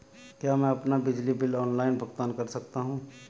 क्या मैं अपना बिजली बिल ऑनलाइन भुगतान कर सकता हूँ?